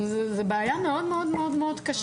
זאת בעיה מאוד מאוד קשה.